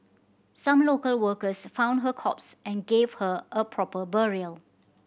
some local workers found her corpse and gave her a proper burial